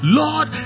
lord